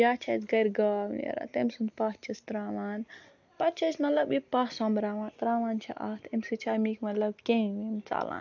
یا چھِ اَسہِ گَرِ گاو نیران تٔمۍ سُند پاہہ چِھس تراوان پَتہٕ چھِ أسۍ مطلب یہِ پاہہ سۄمبراوان تراوان چھِ اَتھ اَمہِ سۭتۍ چھِ اَمیِک مطلب کیٚمۍ ویٚمۍ ژَلان